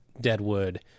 deadwood